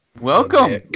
Welcome